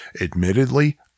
Admittedly